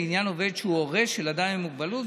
לעניין עובד שהוא הורה של אדם עם מוגבלות,